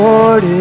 Lord